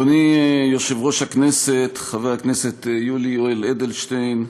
אדוני יושב-ראש הכנסת חבר הכנסת יולי יואל אדלשטיין,